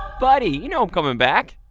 buddy, you know i'm coming back.